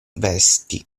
vesti